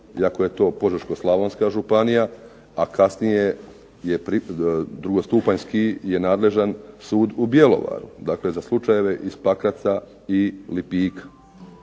iako je to Požeško-slavonska županija, a kasnije je drugostupanjski je nadležan sud u Bjelovaru. Dakle, za slučajeve iz Pakraca i Lipika